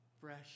fresh